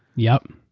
yup.